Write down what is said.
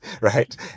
right